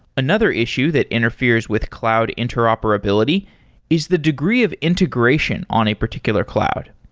another issue that interferes with cloud interoperability is the degree of integration on a particular cloud.